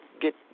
get